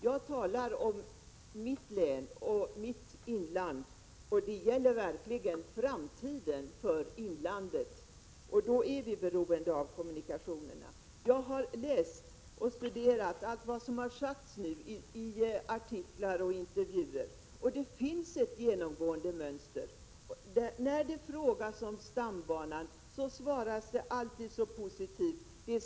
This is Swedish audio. Jag talar om mitt hemlän och dess inland, och det gäller verkligen framtiden för inlandet. Då är vi beroende av kommunikationerna. Jag har läst och studerat vad som har sagts i artiklar och intervjuer, och det finns ett genomgående mönster. När det frågas om stambanan blir svaret alltid så positivt.